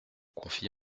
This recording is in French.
confit